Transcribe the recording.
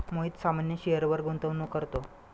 मोहित सामान्य शेअरवर गुंतवणूक करतो